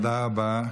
תודה רבה.